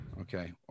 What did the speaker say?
Okay